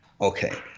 Okay